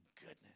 goodness